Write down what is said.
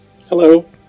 hello